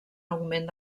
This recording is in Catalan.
augment